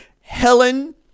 Helen